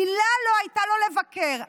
מילה לא הייתה לו לבקר.